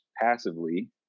passively